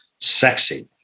sexy